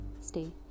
stay